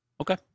Okay